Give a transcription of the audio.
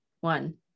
one